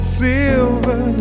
silver